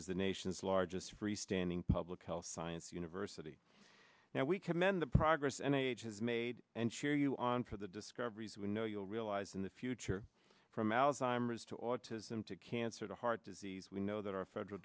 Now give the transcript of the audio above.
is the nation's largest freestanding public health science university now we commend the progress and it has made and cheer you on for the discoveries we know you'll realize in the future from alzheimer's to autism to cancer to heart disease we know that our federal